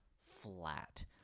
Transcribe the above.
flat